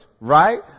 right